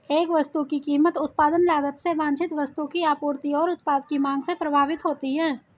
एक वस्तु की कीमत उत्पादन लागत से वांछित वस्तु की आपूर्ति और उत्पाद की मांग से प्रभावित होती है